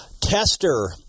Tester